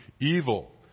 evil